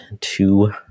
two